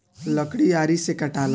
लकड़ी आरी से कटाला